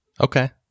Okay